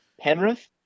Penrith